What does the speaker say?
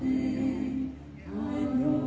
you know